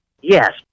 Yes